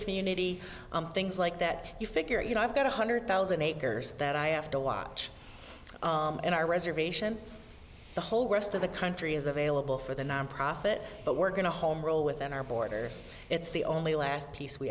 community things like that you figure you know i've got one hundred thousand acres that i have to watch in our reservation the whole rest of the country is available for the nonprofit but work in a home role within our borders it's the only last piece we